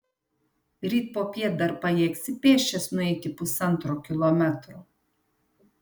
ryt popiet dar pajėgsi pėsčias nueiti pusantro kilometro